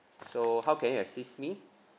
so how can you assist me